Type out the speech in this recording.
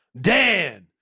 Dan